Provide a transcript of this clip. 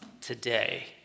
today